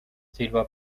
silva